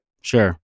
Sure